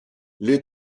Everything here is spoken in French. les